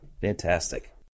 Fantastic